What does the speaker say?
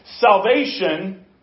salvation